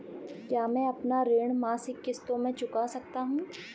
क्या मैं अपना ऋण मासिक किश्तों में चुका सकता हूँ?